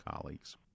colleagues